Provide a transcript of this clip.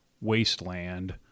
wasteland